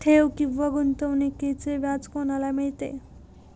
ठेव किंवा गुंतवणूकीचे व्याज कोणाला मिळते?